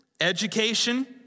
education